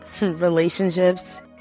relationships